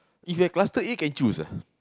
if you have here can choose ah